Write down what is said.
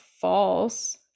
false